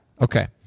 Okay